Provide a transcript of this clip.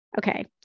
Okay